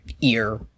ear